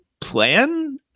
plan